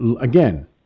again